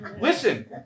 Listen